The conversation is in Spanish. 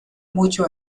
mucho